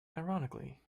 ironically